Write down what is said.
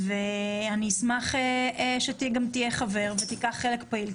ואני אשמח שגם תהיה חבר ותיקח חלק פעיל,